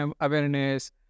awareness